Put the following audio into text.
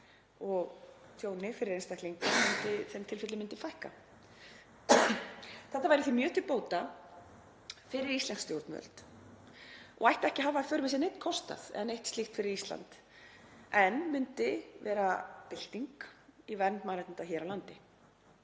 og tjóni fyrir einstaklinga myndi fækka. Þetta væri því mjög til bóta fyrir íslensk stjórnvöld og ætti ekki að hafa í för með sér neinn kostnað eða neitt slíkt fyrir Ísland en væri bylting í vernd mannréttinda hér á landi.